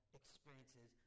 experiences